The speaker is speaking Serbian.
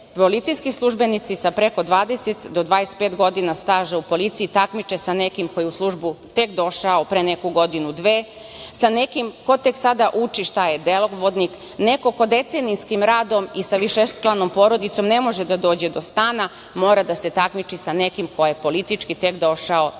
policijski službenici sa preko 20 do 25 godina staža takmiče sa nekim koji je tek u službu došao pre neku godinu, dve, sa nekim kod tek sada uči šta je delovodnik, neko ko decenijskim radom i sa višečlanom porodicom ne može da dođe do stana, mora da se takmiči sa nekim koji je politički tek došao i